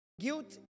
Guilt